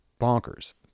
bonkers